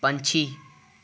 ਪੰਛੀ